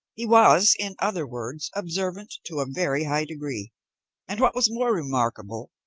he was, in other words, observant to a very high degree and, what was more remarkable,